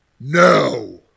no